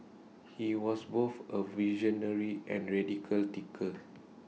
he was both A visionary and radical thinker